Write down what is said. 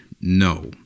no